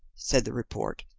said the report,